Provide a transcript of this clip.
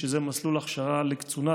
שזה מסלול הכשרה לקצונה,